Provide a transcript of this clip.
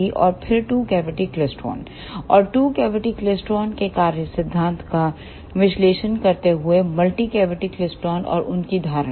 और फिर two cavity klystron और टू कैविटी क्लेस्ट्रॉन के कार्य सिद्धांत का विश्लेषण करते हुए मल्टी कैविटी क्लेस्ट्रॉनऔर उनकी धारणाएं